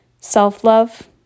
self-love